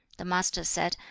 the master said,